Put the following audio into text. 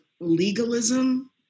legalism